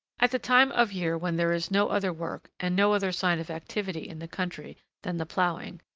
at the time of year when there is no other work and no other sign of activity in the country than the ploughing,